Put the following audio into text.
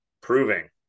proving